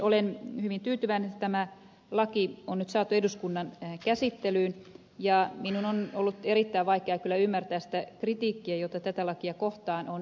olen hyvin tyytyväinen että tämä laki on nyt saatu eduskunnan käsittelyyn ja minun on ollut erittäin vaikea kyllä ymmärtää sitä kritiikkiä jota tätä lakia kohtaan on esitetty